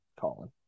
Colin